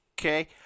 okay